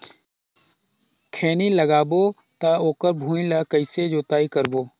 खैनी लगाबो ता ओकर भुईं ला कइसे जोताई करबो?